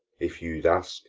if you'd ask,